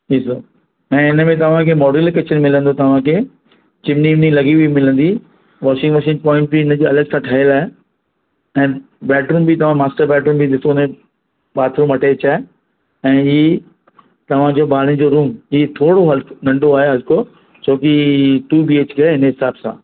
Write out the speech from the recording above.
इहा ॾिसो ऐं हिन में तव्हांखे मॉड्यूलर किचन मिलंदो तव्हांखे चिमनी विमनी लॻी हुई मिलंदी वॉशिंग मशीन पॉइंट बि हिनजी अलॻि सां ठहियलु आहे ऐं बेडरूम बि अथव मास्टर बेडरूम बि ॾिसो हुन में बाथरूम अटैच आहे ऐं इहा तव्हांजो ॿारनि जो रूम इहा थोरो हल्को आहे नंढो आहे हल्को छो की टू बीएचके आहे इन हिसाब सां